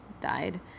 died